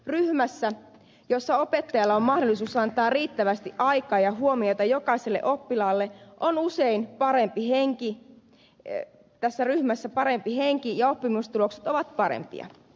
ryhmässä jossa opettajalla on mahdollisuus antaa riittävästi aikaa ja huomiota jokaiselle oppilaalle on usein parempi henki ei tässä ryhmässä parempi henki ja oppimistulokset ovat parempia